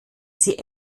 sie